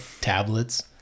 tablets